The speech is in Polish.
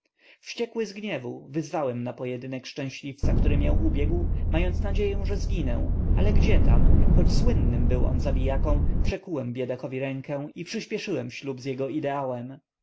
wściekły z gniewu wyzwałem na pojedynek szczęśliwca który mię ubiegł mając nadzieję że zginę ale gdzietam choć słynnym był on zabijaką przekłułem biedakowi rękę i przyśpieszyłem ślub z jego ideałem